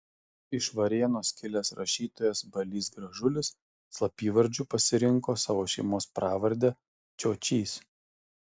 iš varėnos kilęs rašytojas balys gražulis slapyvardžiu pasirinko savo šeimos pravardę čiočys